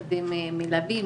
מלווים,